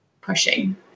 pushing